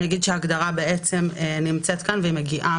אני אגיד שההגדרה נמצאת כאן והיא מגיעה